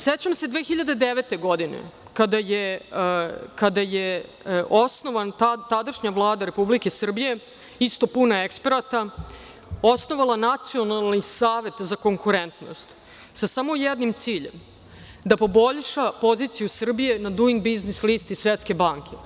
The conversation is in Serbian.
Sećam se 2009. godine, kada je osnovana tadašnja Vlada Republike Srbije, isto puna eksperata, osnovala Nacionalni savet za konkurentnost, sa samo jednim ciljem, da poboljša poziciju Srbije na „Duing biznis listi“ Svetske banke.